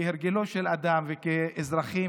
כהרגלו של אדם וכאזרחים,